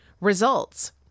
results